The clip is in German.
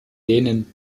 dänen